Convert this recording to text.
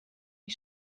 die